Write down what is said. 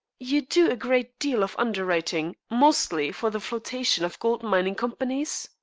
you do a great deal of underwriting, mostly for the flotation of gold-mining companies?